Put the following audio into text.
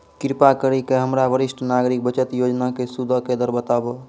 कृपा करि के हमरा वरिष्ठ नागरिक बचत योजना के सूदो के दर बताबो